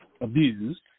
abused